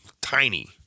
Tiny